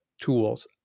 tools